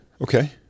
Okay